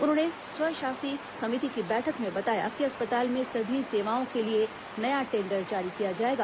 उन्होंने स्वशासी समिति की बैठक में बताया कि अस्पताल में सभी सेवाओं के लिए नया टेंडर जारी किया जाएगा